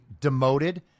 demoted